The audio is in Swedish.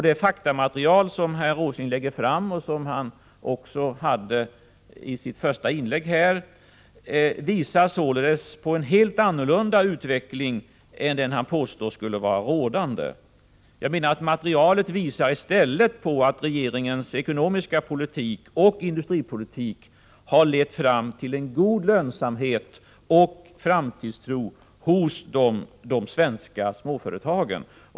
Det faktamaterial som herr Åsling lägger fram och som han också tog upp i sitt första inlägg visar således på en helt annan utveckling än den han påstår skulle vara rådande. Materialet visar i stället att regeringens ekonomiska politik och industripolitik har lett fram till en god lönsamhet och framtidstro hos de svenska småföretagen.